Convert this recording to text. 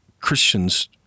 Christians